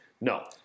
No